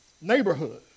neighborhood